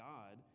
God